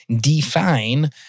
define